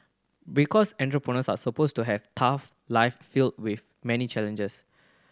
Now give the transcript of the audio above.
because entrepreneurs are supposed to have tough life filled with many challenges